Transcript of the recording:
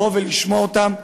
לשמוע אותם.